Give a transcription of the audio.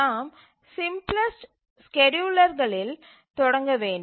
நாம் சிம்ப்லஸ்ட் ஸ்கேட்யூலரில் தொடங்க வேண்டும்